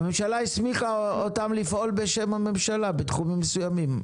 הממשלה הסמיכה אותם לפעול בשם הממשלה בתחומים מסוימים.